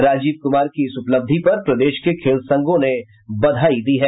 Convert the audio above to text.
राजीव कुमार की इस उपलब्धि पर प्रदेश के खेल संघों ने बधाई दी है